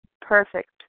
perfect